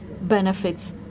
benefits